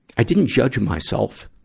i didn't judge myself